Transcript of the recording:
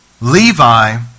Levi